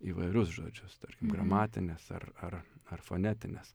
įvairius žodžius gramatines ar ar ar fonetines